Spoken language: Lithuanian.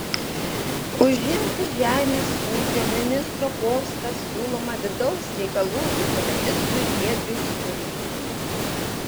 užimti žemės ūkio ministro postą siūloma vidaus reikalų viceministrui giedriui surpliui